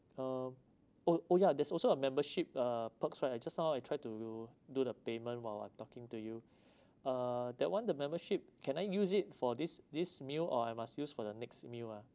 uh oh oh ya there's also a membership uh perks right I just now I try to do the payment while I'm talking to you uh that one the membership can I use it for this this meal or I must use for the next meal ah